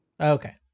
okay